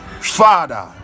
father